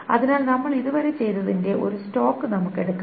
അതിനാൽ നമ്മൾ ഇതുവരെ ചെയ്തതിന്റെ ഒരു സ്റ്റോക്ക് നമുക്ക് എടുക്കാം